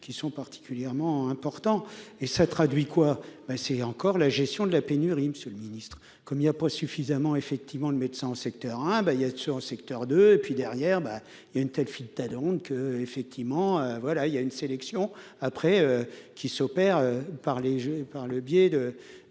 qui sont particulièrement importants et ça traduit quoi, ben c'est encore la gestion de la pénurie, Monsieur le Ministre, comme il y a pas suffisamment effectivement le médecin en secteur 1, ben il a sur un secteur de et puis derrière, ben il y a une telle fille de table ronde que effectivement, voilà, il y a une sélection après qui s'opère par les jeux